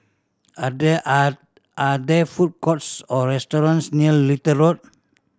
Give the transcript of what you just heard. are there are are there food courts or restaurants near Little Road